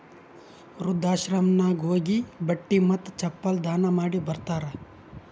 ವೃದ್ಧಾಶ್ರಮನಾಗ್ ಹೋಗಿ ಬಟ್ಟಿ ಮತ್ತ ಚಪ್ಪಲ್ ದಾನ ಮಾಡಿ ಬರ್ತಾರ್